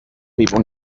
people